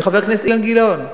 מחבר הכנסת אילן גילאון.